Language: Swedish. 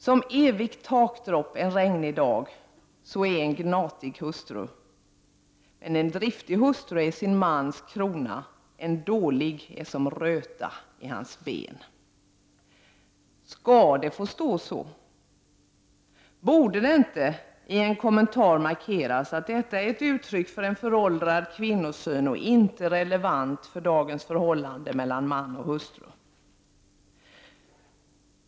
”Som evigt takdropp en regnig dag, så är en gnatig hustru. En driftig hustru är sin mans krona, en dålig är som röta i hans ben.” Skall det få stå så? Borde det inte i en kommentar markeras att detta är ett uttryck för en föråldrad kvinnosyn och inte relevant för dagens förhållande mellan man och hustru?